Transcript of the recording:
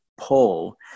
pull